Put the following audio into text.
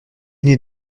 n’est